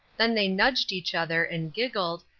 then they nudged each other, and giggled,